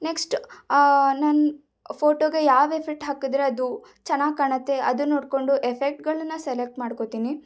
next ನನ್ನ ಫೋಟೋಗೆ ಯಾವ ಎಫೆಕ್ಟ್ ಹಾಕಿದರೆ ಅದು ಚೆನ್ನಾಗಿ ಕಾಣತ್ತೆ ಅದು ನೋಡಿಕೊಂಡು ಎಫೆಕ್ಟ್ಗಳನ್ನು ಸೆಲೆಕ್ಟ್ ಮಾಡ್ಕೋತೀನಿ